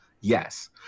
yes